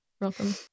welcome